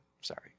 Sorry